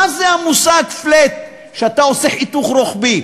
מה זה המושג flat, שאתה עושה חיתוך רוחבי?